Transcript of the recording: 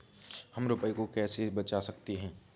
हम रुपये को कैसे बचा सकते हैं?